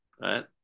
Right